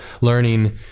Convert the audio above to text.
learning